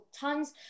tons